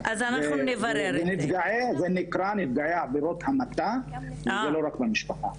זה נקרא נפגעי עבירות המתה, זה לא רק במשפחה.